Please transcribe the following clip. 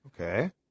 Okay